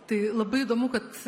tai labai įdomu kad